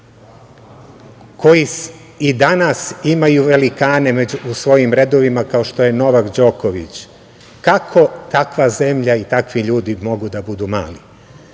koji i danas imaju velikane u svojim redovima kao što je Novak Đoković? Kako takva zemlja i takvi ljudi mogu da budu mali?